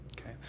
okay